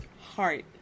heart